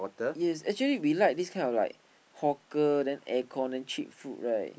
yes actually we like this kind of like hawker then air con then cheap food right